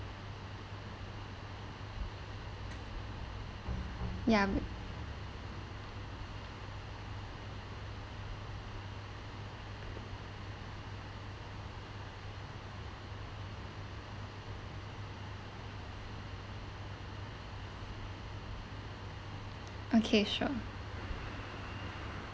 ya okay sure